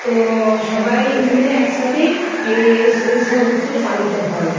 তো সবাই মিলে একসাথেই এই এইসব এইসব উৎসব পালিত হয়